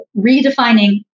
redefining